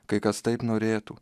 kad taip norėtų